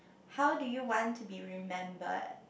how do you want to be remembered